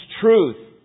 truth